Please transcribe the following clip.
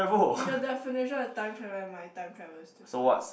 your definition of time travel and my time travel is different